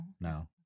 No